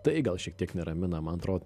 tai gal šiek tiek neramina man atro